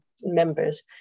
members